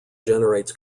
generates